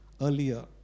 earlier